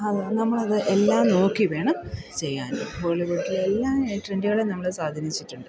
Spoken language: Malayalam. അത് നമ്മളത് എല്ലാം നോക്കിവേണം ചെയ്യാൻ ബോളിവുഡിലെ എല്ലാ ട്രെൻഡുകളും നമ്മളെ സ്വാധീനിച്ചിട്ടുണ്ട്